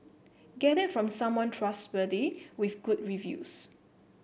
get it from someone trustworthy with good reviews